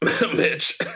mitch